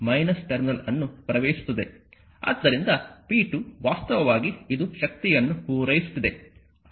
ಆದ್ದರಿಂದ p2 ವಾಸ್ತವವಾಗಿ ಇದು ಶಕ್ತಿಯನ್ನು ಪೂರೈಸುತ್ತಿದೆ